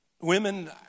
Women